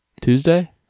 Tuesday